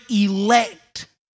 elect